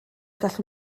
gallwn